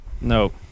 No